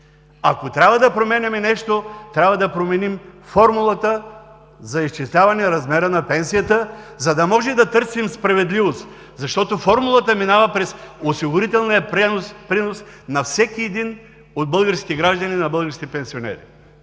Ако трябва да променяме нещо, трябва да променим формулата за изчисляване размера на пенсията, за да можем да търсим справедливост, защото формулата минава през осигурителния принос на всеки един от българските граждани и българските пенсионери.